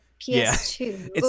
PS2